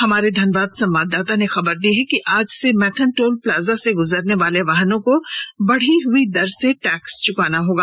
हमारे धनबाद संवाददाता ने खबर दी है कि आज से मैथन टोल प्लाजा से गुजरने वाले वाहनों की बढ़ी हुई दर में टैक्स चुकाना होगा